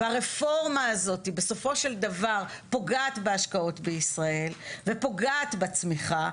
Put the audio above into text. והרפורמה הזאת בסופו של דבר פוגעת בהשקעות בישראל ופוגעת בצמיחה,